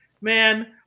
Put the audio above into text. man